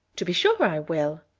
to be sure i will.